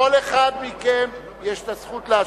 מכם יש הזכות להשיב.